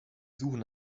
suchen